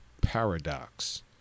paradox